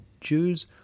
Jews